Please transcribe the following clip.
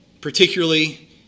particularly